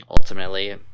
ultimately